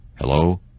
Hello